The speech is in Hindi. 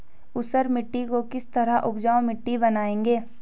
ऊसर मिट्टी को किस तरह उपजाऊ मिट्टी बनाएंगे?